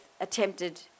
attempted